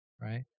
right